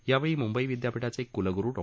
यावेळी मुंबई विद्यापीठाचे कुलगुरू डॉ